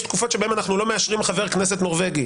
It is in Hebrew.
תקופות שאנחנו לא מאשרים חבר כנסת נורבגי: